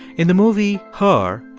in the movie her,